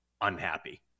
unhappy